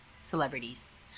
Celebrities